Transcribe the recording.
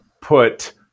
put